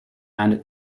and